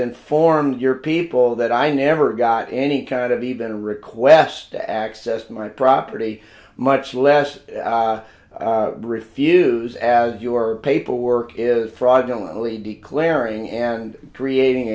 informed your people that i never got any kind of even requests to access my property much less refuse as your paperwork is fraudulently declaring and creating